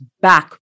back